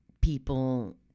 people